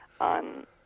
on